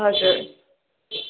हजुर